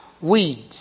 weeds